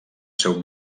seu